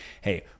hey